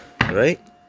right